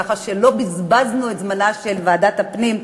ככה שלא בזבזנו את זמנה של ועדת הפנים,